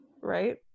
right